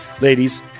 ladies